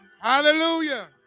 hallelujah